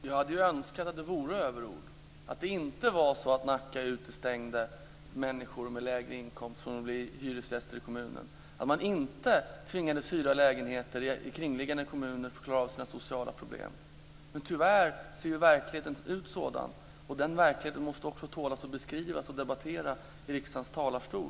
Fru talman! Jag hade önskat att det var överord, att det inte var så att Nacka utestängde människor med lägre inkomst från att bli hyresgäster i kommunen, att man inte tvingades hyra lägenheter i kringliggande kommuner för att klara av sina sociala problem. Tyvärr är verkligheten sådan, och den verkligheten måste också tåla att beskrivas och debatteras i riksdagens talarstol.